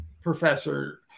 professor